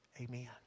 Amen